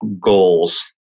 goals